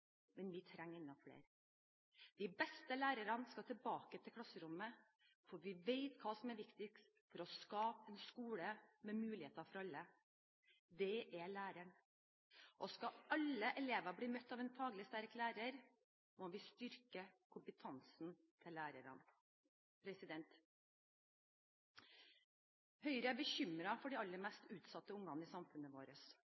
men vi trenger enda flere. De beste lærerne skal tilbake til klasserommet, for vi vet hva som er viktigst for å skape en skole med muligheter for alle: Det er læreren. Skal alle elever bli møtt av en faglig sterk lærer, må vi styrke kompetansen til lærerne. Høyre er bekymret for de aller